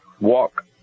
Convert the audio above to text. walk